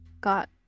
got